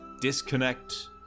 disconnect